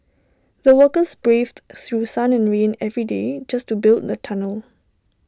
the workers braved through sun and rain every day just to build the tunnel